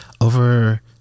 over